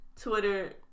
Twitter